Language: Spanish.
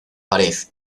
pared